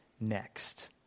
next